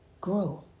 Grow